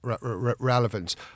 relevance